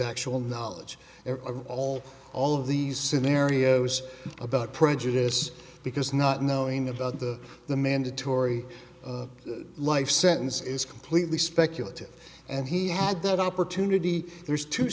actual knowledge or all all of these scenarios about prejudice because not knowing about the the mandatory life sentence is completely speculative and he had that opportunity there's two